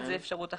זו אפשרות אחת.